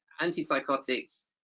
antipsychotics